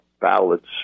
ballots